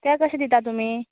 ते कशें दिता तुमी